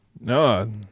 No